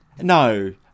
No